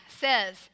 says